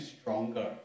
stronger